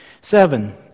Seven